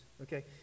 okay